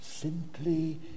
simply